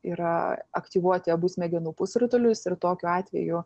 yra aktyvuoti abu smegenų pusrutulius ir tokiu atveju